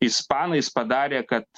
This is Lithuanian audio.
ispanais padarę kad